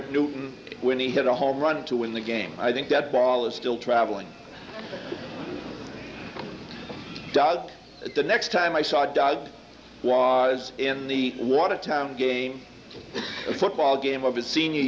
newton when he hit a home run to win the game i think that ball is still traveling doug the next time i saw doug was in the water town game a football game of his senior